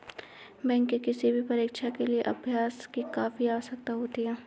bank की किसी भी परीक्षा के लिए अभ्यास की काफी आवश्यकता होती है